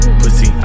pussy